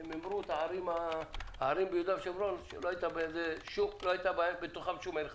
הם ציינו ערים ביהודה ושומרון ולא כללו בתוכן שום עיר חרדית.